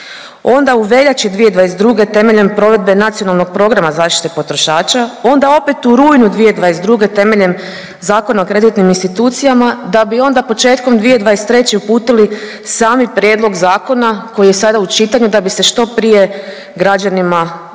onda u veljači 2022. temeljem provedbe Nacionalnog programa zaštite potrošača onda opet u rujnu '22. temeljem Zakona o kreditnim institucijama da bi onda početkom '23. uputili sami prijedlog zakona koji je sada u čitanju da bi se što prije građanima,